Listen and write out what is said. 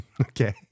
Okay